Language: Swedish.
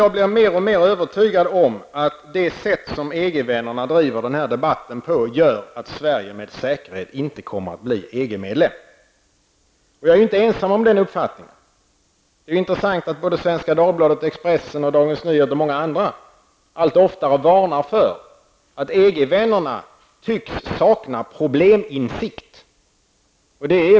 Jag blir mer och mer övertygad om att det sätt som EG-vännerna driver den här debatten på, gör att Sverige med säkerhet inte kommer att bli EG-medlem. Jag är inte ensam om den uppfattningen. Det är intressant att Svenska Dagbladet, Dagens Nyheter, Expressen och många andra allt oftare varnar för att EG-vännerna tycks sakna probleminsikt.